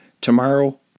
tomorrow